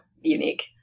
unique